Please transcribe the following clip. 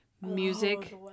music